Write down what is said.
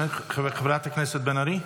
חברת הכנסת בן ארי?